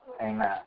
Amen